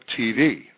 TV